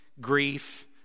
grief